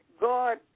God